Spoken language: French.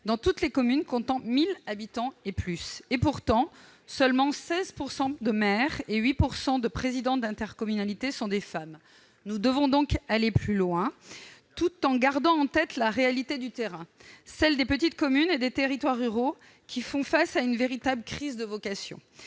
dans toutes les communes comptant 1 000 habitants et plus. Pourtant, seuls 16 % des maires et 8 % des présidents d'intercommunalité sont des femmes. Nous devons donc aller plus loin, tout en gardant à l'esprit la réalité du terrain : celle des petites communes et des territoires ruraux, qui font face à une véritable crise des vocations.